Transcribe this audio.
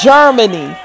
Germany